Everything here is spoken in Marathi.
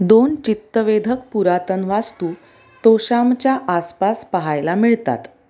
दोन चित्तवेधक पुरातन वास्तू तोषामच्या आसपास पहायला मिळतात